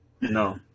No